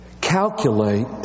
Calculate